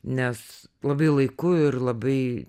nes labai laiku ir labai